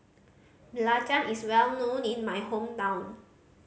belacan is well known in my hometown